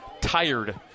tired